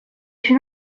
une